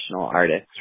artists